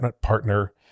partner